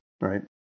Right